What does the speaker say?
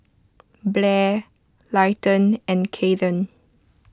Blair Leighton and Kathern